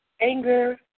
Anger